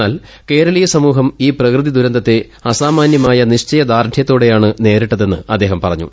എന്നാൽ കേരളീയ സമൂഹം ഈ പ്രകൃതിദുരന്തത്തെ അസാമാന്യമായ നിശ്ചയദാർഢ്യത്തോടെയാണ് നേരിട്ടതെന്ന് അദ്ദേഹം പറഞ്ഞു